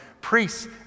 Priests